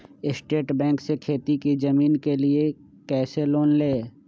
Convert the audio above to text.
State Bank से खेती की जमीन के लिए कैसे लोन ले?